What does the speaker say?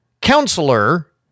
counselor